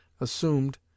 assumed